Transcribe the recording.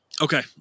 Okay